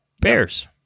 Bears